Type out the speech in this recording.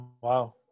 Wow